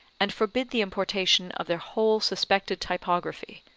and forbid the importation of their whole suspected typography.